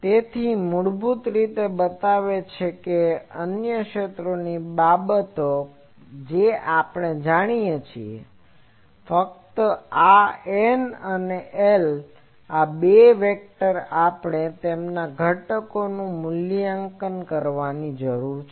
તેથી મૂળભૂત રીતે તે બતાવે છે કે અન્ય ક્ષેત્રની બાબતો જે આપણે જાણીએ છીએ ફક્ત આ N અને L આ બે વેક્ટરની આપણે તેમના ઘટકોનું મૂલ્યાંકન કરવાની જરૂર છે